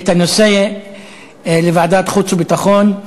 הנושא לוועדת החוץ והביטחון.